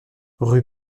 rue